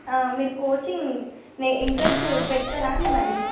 మీరు coaching interest పెడతారా అండి మరి